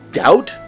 doubt